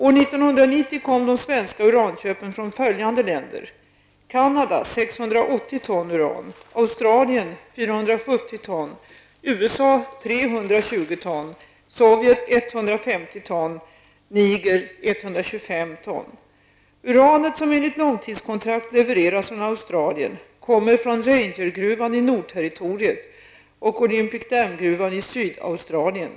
År 1990 kom de svenska uranköpen från följande länder: Australien kommer från Rangergruvan i Sydaustralien.